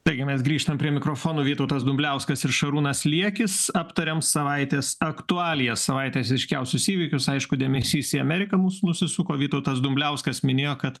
taigi mes grįžtam prie mikrofono vytautas dumbliauskas ir šarūnas liekis aptariam savaitės aktualijas savaitės ryškiausius įvykius aišku dėmesys į ameriką mūsų nusisuko vytautas dumbliauskas minėjo kad